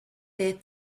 there